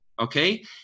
Okay